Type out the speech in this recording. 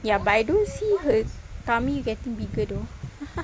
ya but I don't see her tummy getting bigger though